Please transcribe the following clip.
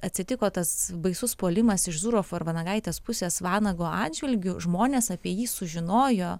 atsitiko tas baisus puolimas iš zurofo ar vanagaitės pusės vanago atžvilgiu žmonės apie jį sužinojo